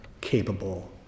capable